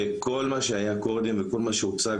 וכל מה שהיה קודם וכל מה שהוצג,